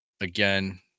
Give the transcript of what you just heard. again